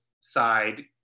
side